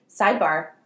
sidebar